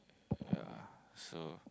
ya so